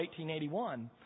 1881